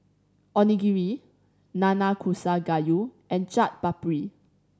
Onigiri Nanakusa Gayu and Chaat Papri